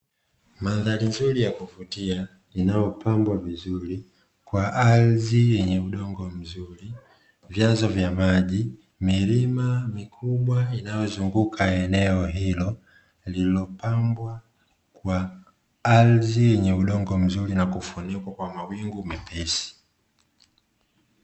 Mandhari nzuri ya kuvutia inayopambwa vizuri kwa ardhi yenye udongo mzuri, vyanzo vya maji, milima mikubwa inayoyozunguka eneo hilo, lililopambwa kwa ardhi yenye udongo na kufunikwa kwa mawingu mepesi,